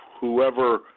whoever